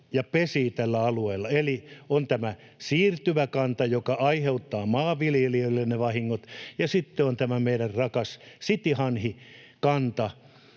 ja pesii tällä alueella. Eli on tämä siirtyvä kanta, joka aiheuttaa maanviljelijöille ne vahingot, ja sitten on tämä meidän rakas cityhanhikanta,